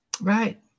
Right